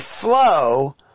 flow